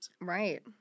Right